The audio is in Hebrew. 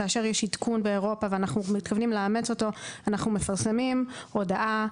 כאשר יש עדכון באירופה ואנחנו מתכוונים לאמץ אותו אנחנו מפרסמים הודעה.